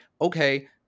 okay